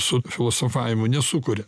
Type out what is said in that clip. su filosofavimu nesukuria